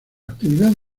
actividad